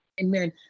Amen